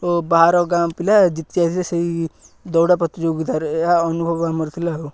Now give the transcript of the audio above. ଓ ବାହାର ଗାଁ ପିଲା ଜତିଯାଇଥିଲେ ସେଇ ଦୌଡ଼ା ପ୍ରତିଯୋଗିତାରେ ଏହା ଅନୁଭବ ଆମର ଥିଲା ଆଉ